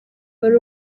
wari